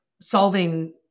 solving